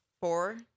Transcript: four